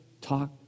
talk